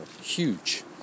huge